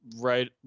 right